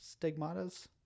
stigmatas